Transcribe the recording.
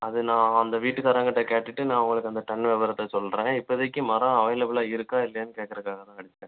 அது நான் அந்த வீட்டுக்காரவங்க கிட்ட கேட்டுட்டு நான் உங்களுக்கு அந்த டன்னு விவரத்தை சொல்கிறேன் இப்போதைக்கு மரம் அவேலபுளாக இருக்கா இல்லையானு கேட்குறதுக்காக தான் அடித்தேன்